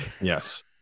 Yes